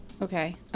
Okay